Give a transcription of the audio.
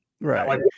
right